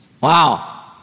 Wow